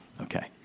Okay